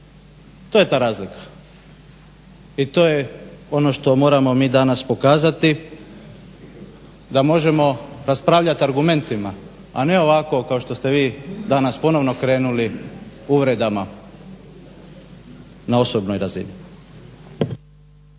To je ta razlika. I to je ono što moramo mi danas pokazati, da možemo raspravljat argumentima, a ne ovako kao što ste vi danas ponovno krenuli uvredama na osobnoj razini.